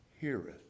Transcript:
heareth